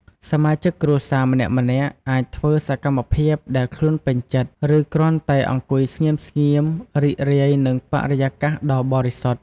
សមាជិកគ្រួសារម្នាក់ៗអាចធ្វើសកម្មភាពដែលខ្លួនពេញចិត្ត ឬគ្រាន់តែអង្គុយស្ងៀមៗរីករាយនឹងបរិយាកាសដ៏បរិសុទ្ធ។